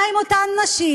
מה עם אותן נשים?